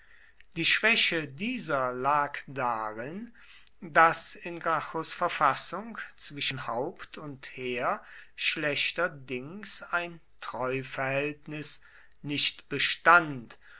die schwäche dieser lag darin daß in gracchus verfassung zwischen haupt und heer schlechterdings ein treuverhältnis nicht bestand